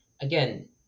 again